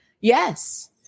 Yes